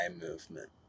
movement